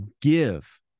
give